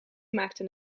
maakte